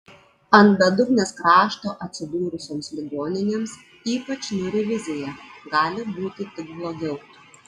ant bedugnės krašto atsidūrusioms ligoninėms ypač niūri vizija gali būti tik blogiau